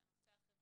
את הנושא החברתי,